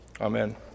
Amen